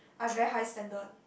I very high standard